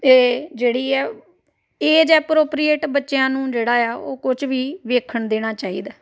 ਅਤੇ ਜਿਹੜੀ ਹੈ ਏਜ ਐਪਰੋਪ੍ਰੀਏਟ ਬੱਚਿਆਂ ਨੂੰ ਜਿਹੜਾ ਆ ਉਹ ਕੁਝ ਵੀ ਵੇਖਣ ਦੇਣਾ ਚਾਹੀਦਾ